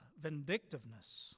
vindictiveness